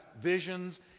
visions